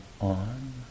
on